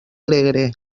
alegre